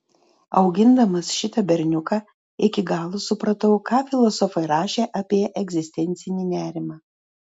augindamas šitą berniuką iki galo supratau ką filosofai rašė apie egzistencinį nerimą